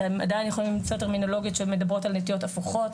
אתם עדיין יכולים למצוא טרמינולוגיות שהן מדברות על נטיות הפוכות,